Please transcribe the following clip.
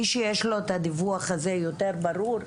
מי שיש לו את הדיווח הזה יותר ברור,